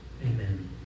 Amen